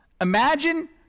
imagine